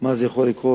מה יכול לקרות,